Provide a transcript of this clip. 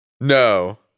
No